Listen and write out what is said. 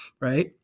Right